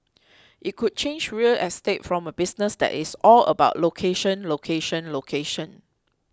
it could change real estate from a business that is all about location location location